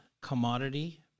commodity